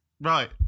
right